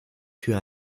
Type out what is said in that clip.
tür